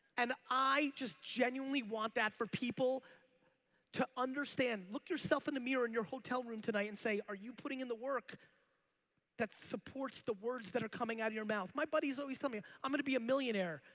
and i just genuinely want that for people to understand, look yourself in the mirror in your hotel room tonight and say, are you putting in the work that supports the words that are coming out your mouth? my buddies always tell me, i'm gonna be a millionaire.